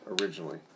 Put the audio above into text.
originally